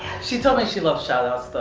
she told me she loves shout house,